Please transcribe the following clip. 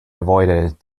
avoided